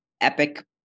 epic